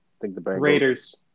Raiders